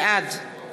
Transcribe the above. בעד